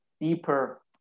deeper